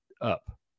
up